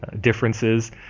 differences